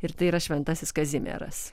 ir tai yra šventasis kazimieras